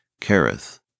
careth